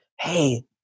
hey